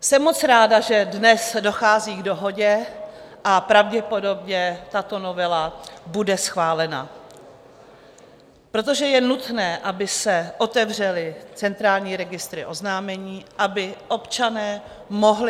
Jsem moc ráda, že dnes dochází k dohodě a pravděpodobně tato novela bude schválena, protože je nutné, aby se otevřely Centrální registry oznámení, aby občané